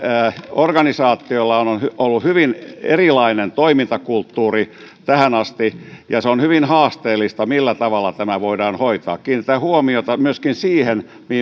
organisaatioilla on on ollut hyvin erilainen toimintakulttuuri tähän asti ja on hyvin haasteellista millä tavalla tämä voidaan hoitaa kiinnitän huomiota myöskin siihen